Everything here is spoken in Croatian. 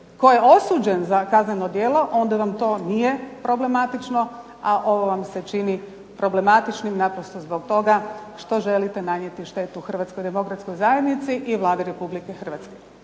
tko je osuđen za kazneno djelo onda vam to nije problematično, a ovo vam se čini problematičnim naprosto zbog toga što želite nanijeti štetu Hrvatskoj demokratskoj zajednici i Vladi Republike Hrvatske.